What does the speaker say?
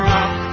Rock